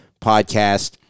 podcast